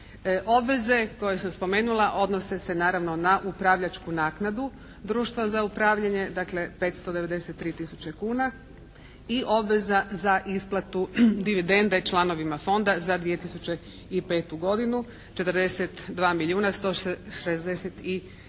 Obveze koje sam spomenula odnose se naravno na upravljačku naknadu društva za upravljanje, dakle 593 tisuće kuna i obveza za isplati dividende članovima Fonda za 2005. godinu, 42